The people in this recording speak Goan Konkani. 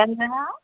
केन्ना